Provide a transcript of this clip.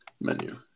Menu